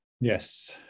Yes